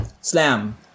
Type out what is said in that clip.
slam